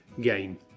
game